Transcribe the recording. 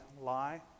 lie